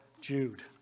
Jude